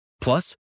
Plus